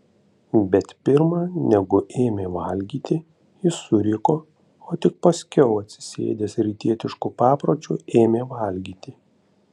bet pirma negu ėmė valgyti jis suriko o tik paskiau atsisėdęs rytietišku papročiu ėmė valgyti